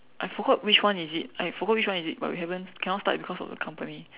I forgot which one is it I forgot which one is it but we haven't cannot start because of the company